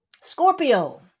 Scorpio